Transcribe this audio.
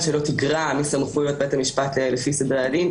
שלא תגרע מסמכויות בית משפט לפי סדרי הדין,